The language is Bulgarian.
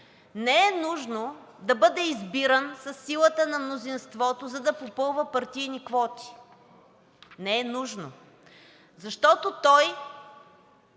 не е нужно да бъде избиран със силата на мнозинството, за да попълва партийни квоти, не е нужно, защото той